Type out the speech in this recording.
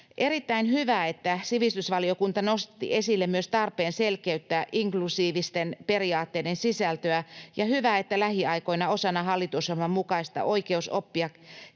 Erittäin hyvä, että sivistysvaliokunta nosti esille myös tarpeen selkeyttää inklusiivisten periaatteiden sisältöä, ja hyvä, että lähiaikoina osana hallitusohjelman mukaista Oikeus oppia